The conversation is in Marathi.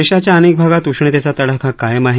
देशाच्या अनेक भागात उष्णतेचा तडाखा कायम आहे